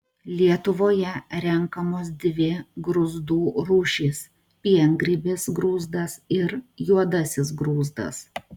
lietuvoje renkamos dvi grūzdų rūšys piengrybis grūzdas ir juodasis grūzdas